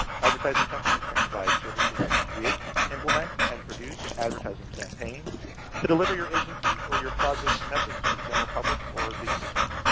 advertising companies can provide services to create, implement, and produce an advertising campaign to deliver your agency's or your project's message to the general public or the industry.